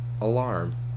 Alarm